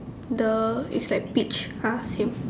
the is like peach ah same